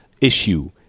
issue